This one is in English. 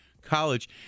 College